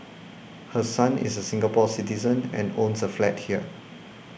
her son is a Singapore Citizen and owns a flat here